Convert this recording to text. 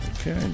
Okay